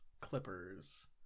clippers